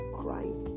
crying